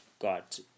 got